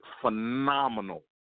phenomenal